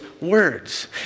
words